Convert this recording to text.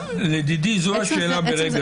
לדידי, זאת השאלה ברגע זה.